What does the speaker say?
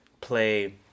play